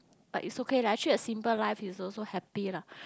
but is okay lah actually a simple life is also happy lah